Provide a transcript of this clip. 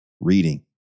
reading